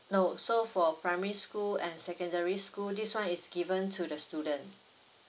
no so for primary school and secondary school this one is given to the student